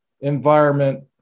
environment